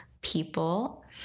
people